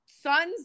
son's